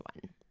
one